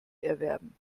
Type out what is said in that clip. erwerben